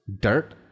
Dirt